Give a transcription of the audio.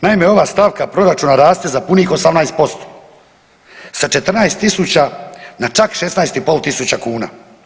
Naime, ova stavka proračuna raste za punih 18% sa 14.000 na čak 16.500 kuna.